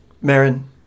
Maren